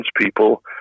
people